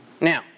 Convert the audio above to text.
Now